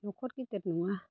न'खर गेदेर नङा